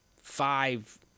five